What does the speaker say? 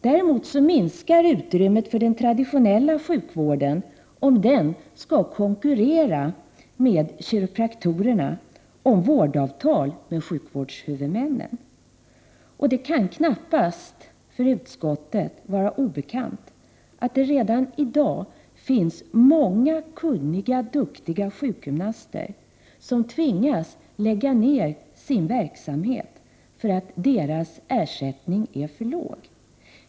Däremot minskar utrymmet för den traditionella sjukvården om den skall konkurrera med kiropraktorerna om vårdavtal med sjukvårdshuvudmännen. Det kan knappast för utskottet vara obekant att det redan finns många kunniga sjukgymnaster som tvingas lägga ner sin verksamhet därför att ersättningen är för låg.